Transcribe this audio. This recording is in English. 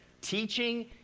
teaching